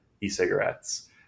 e-cigarettes